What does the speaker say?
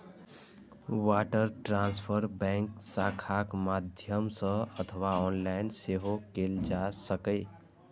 wire transfer bank शाखाक माध्यम सं अथवा ऑनलाइन सेहो कैल जा सकैए